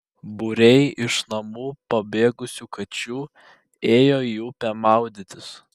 būriai iš namų pabėgusių kačių ėjo į upę maudytis